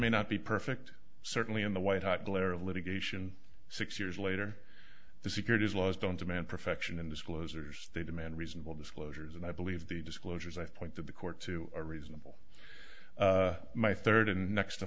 may not be perfect certainly in the white hot glare of litigation six years later the securities laws don't demand perfection in disclosures they demand reasonable disclosures and i believe the disclosures i pointed the court to are reasonable my third and next to